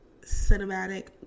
cinematic